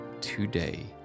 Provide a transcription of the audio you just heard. today